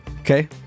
Okay